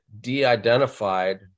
de-identified